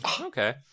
Okay